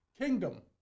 kingdom